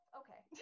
okay